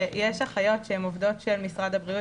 יש אחיות שהן עובדות של משרד הבריאות